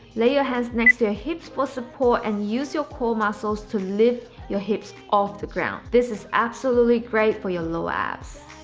lay your hands next to your hips for support and use your core muscles to lift your hips off the ground. this is absolutely great for your lower abs